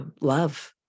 love